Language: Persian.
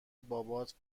بابات